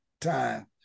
time